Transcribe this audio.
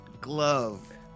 glove